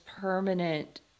permanent